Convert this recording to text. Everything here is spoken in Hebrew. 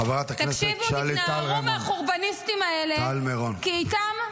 חברת הכנסת שלי טל מירון.